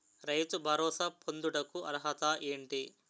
రైతు భరోసా పొందుటకు అర్హత ఏంటి?